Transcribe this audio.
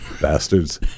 Bastards